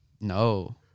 No